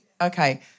Okay